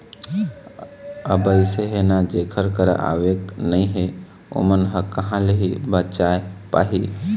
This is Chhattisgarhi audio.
अब अइसे हे ना जेखर करा आवके नइ हे ओमन ह कहाँ ले ही बचाय पाही